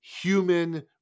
human